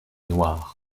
noirs